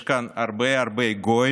יש כאן הרבה גויים,